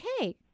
okay